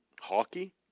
hockey